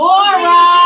Laura